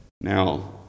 now